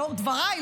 לאור דבריי,